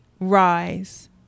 rise